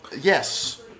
yes